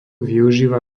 využíva